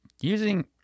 Using